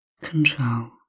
control